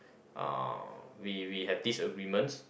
uh we we have disagreements